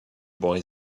boy